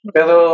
Pero